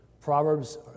Proverbs